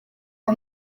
uwo